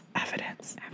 evidence